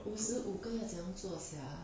五十五个要怎样做 sia